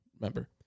remember